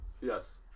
Yes